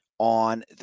On